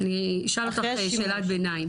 אני אשאל אותך שאלת ביניים,